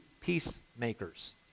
peacemakers